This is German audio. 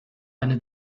eine